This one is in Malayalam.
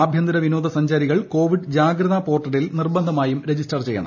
ആഭ്യന്തര വിനോദ സഞ്ചാരികൾ കോവിഡ്ജാഗ്രതാ പോർട്ടലിൽ നിർബന്ധമായും രജിസ്റ്റർ ചെയ്യണം